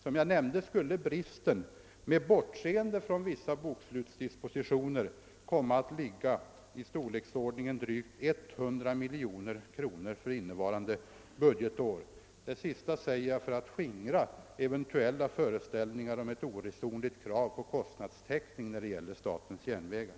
Som jag nämnde skulle bristen, med bortseende från vissa bokslutsdispositioner, komma att bli av storleksordningen drygt 100 miljoner kronor för innevarande budgetår. Det sista säger jag för att skingra eventuella föreställningar om ett oresonligt krav på kostnadstäckning när det gäller statens järnvägar.